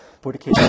Porque